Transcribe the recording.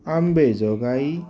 Ambejogai